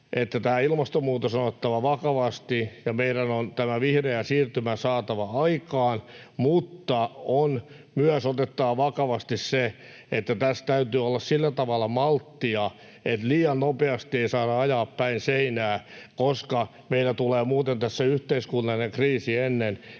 että ilmastonmuutos on otettava vakavasti ja meidän on tämä vihreä siirtymä saatava aikaan, mutta on myös otettava vakavasti se, että tässä täytyy olla sillä tavalla malttia, että liian nopeasti ei saa ajaa päin seinää, koska meillä tulee muuten tässä yhteiskunnallinen kriisi ennen kuin